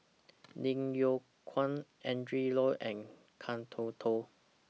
Lim Yew Kuan Adrin Loi and Kan Toh Toh